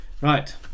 Right